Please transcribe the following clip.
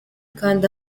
kanda